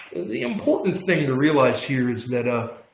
the important thing to realize here is that ah